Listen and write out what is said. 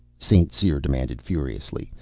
st. cyr demanded furiously.